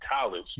college